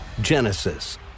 Genesis